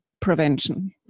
prevention